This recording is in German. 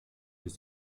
ist